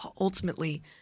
ultimately